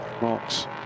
Mark's